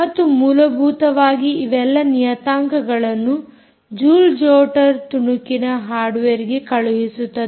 ಮತ್ತು ಮೂಲಭೂತವಾಗಿ ಇವೆಲ್ಲಾ ನಿಯತಾಂಕಗಳನ್ನು ಜೂಲ್ ಜೊಟರ್ ತುಣುಕಿನ ಹಾರ್ಡ್ವೇರ್ಗೆ ಕಳುಹಿಸುತ್ತದೆ